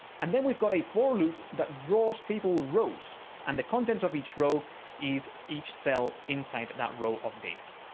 and then we've got a for loop that draws table rows and the contents of each row is each cell inside that row of data.